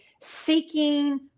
seeking